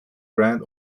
grand